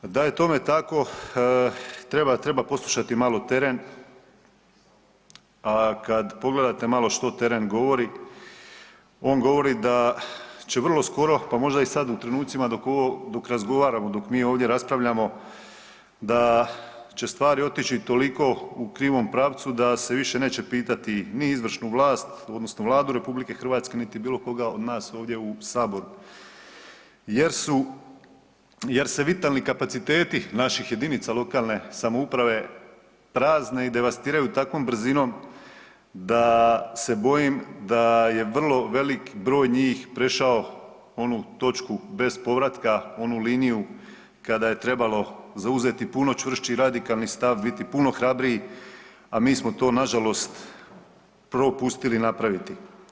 Da je tome tako treba poslušati malo teren, a kada pogledate malo što teren govori, on govori da će vrlo skoro pa možda i sada u trenucima dok razgovaramo, dok mi ovdje raspravljamo da će stvari otići toliko u krivom pravcu da se više neće pitati ni izvršnu vlast odnosno Vladu RH niti bilo koga od nas ovdje u Saboru jer se vitalni kapaciteti naših jedinica lokalne samouprave prazne i devastiraju takvom brzinom da se bojim da je vrlo velik broj njih prešao onu točku bez povratka, onu liniju kada je trebalo zauzeti puno čvršći radikalni stav, biti puno hrabriji, a mi smo to nažalost propustili napraviti.